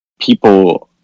people